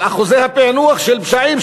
על אחוזי הפענוח של פשעים,